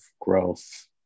growth